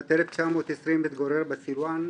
משנת 1920 התגורר בסילואן,